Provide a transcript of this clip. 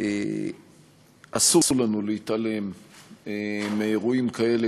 שאסור לנו להתעלם מאירועים כאלה,